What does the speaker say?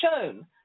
shown